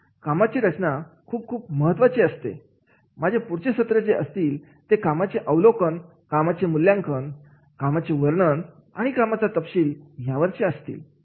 कामाची रचना ही खूप खूप महत्त्वाचे असते माझे पुढचे सत्र जे असतील ते सर्व कामाचे अवलोकन कामाचे मूल्यांकन कामाचे वर्णन कामाचा तपशील यावरचे असतील